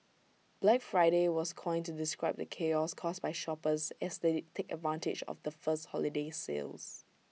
Black Friday was coined to describe the chaos caused by shoppers as they take advantage of the first holiday sales